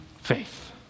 faith